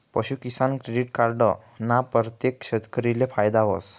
पशूकिसान credit card ना परतेक शेतकरीले फायदा व्हस